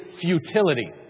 futility